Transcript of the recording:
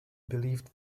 believed